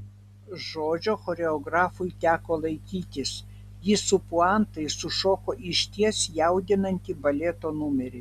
žodžio choreografui teko laikytis jis su puantais sušoko išties jaudinantį baleto numerį